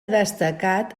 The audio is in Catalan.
destacat